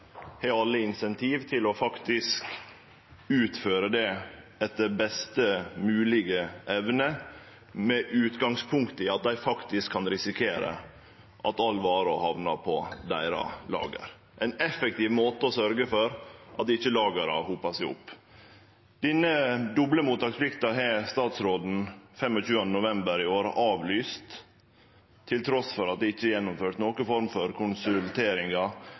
har alle insentiv til faktisk å utføre det etter best moglege evne, med utgangspunkt i at dei faktisk kan risikere at alle varer hamnar på deira lager. Det er ein effektiv måte å sørgje for at lagra ikkje hopar seg opp. Denne doble mottaksplikta har statsråden 25. november i år avlyst, trass i at det ikkje er gjennomført noka form for